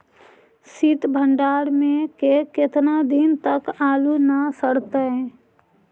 सित भंडार में के केतना दिन तक आलू न सड़तै?